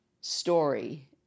story